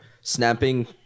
snapping